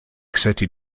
city